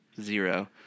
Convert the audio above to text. zero